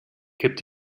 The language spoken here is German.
kippt